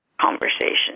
conversation